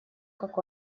как